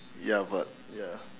ya but ya